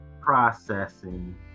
processing